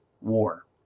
War